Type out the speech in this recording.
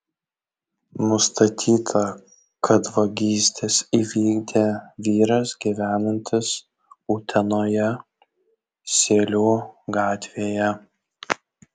nustatyta kad vagystes įvykdė vyras gyvenantis utenoje sėlių gatvėje